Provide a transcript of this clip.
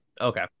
Okay